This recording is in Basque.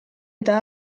eta